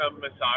massage